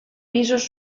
pisos